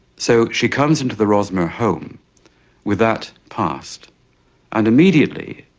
so she comes into the rosmer home with that past and, immediately,